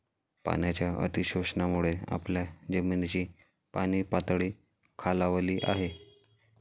पाण्याच्या अतिशोषणामुळे आपल्या जमिनीची पाणीपातळी खालावली आहे